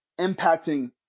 impacting